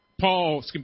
Paul